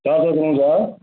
யார் பேசுகிறிங்க சார்